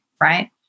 right